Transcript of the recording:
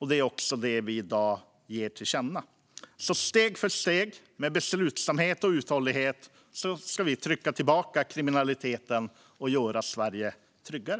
Det är också detta vi i dag ger till känna. Steg för steg, med beslutsamhet och uthållighet, ska vi trycka tillbaka kriminaliteten och göra Sverige tryggare.